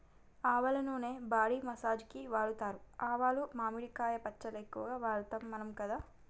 ఆవల నూనె body massage కి వాడుతారు ఆవాలు మామిడికాయ పచ్చళ్ళ ఎక్కువ వాడుతాం మనం కదా